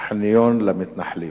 חניון למתנחלים.